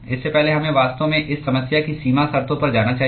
इससे पहले हमें वास्तव में इस समस्या की सीमा शर्तों पर जाना चाहिए